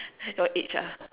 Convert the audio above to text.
your age ah